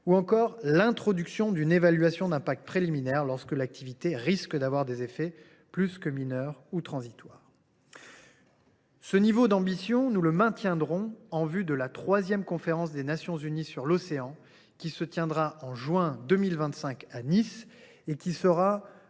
ou encore l’introduction d’une évaluation d’impact préliminaire lorsqu’une activité risque d’emporter des effets plus que mineurs ou transitoires. Nous maintiendrons ce niveau d’ambition en vue de la troisième conférence des Nations unies sur l’océan, qui se tiendra en juin 2025 à Nice et qui sera